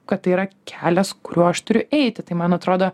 kad tai yra kelias kuriuo aš turiu eiti tai man atrodo